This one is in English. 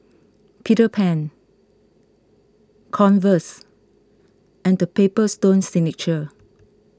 Peter Pan Converse and the Paper Stone Signature